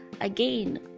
again